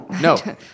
No